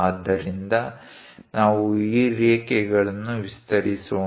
ಆದ್ದರಿಂದ ನಾವು ಈ ರೇಖೆಗಳನ್ನು ವಿಸ್ತರಿಸೋಣ